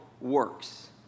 works